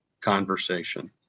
conversation